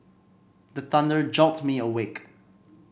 the thunder jolt me awake